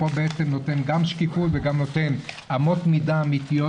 כאן מקבלים גם שקיפות וגם אמות מידה אמיתיות,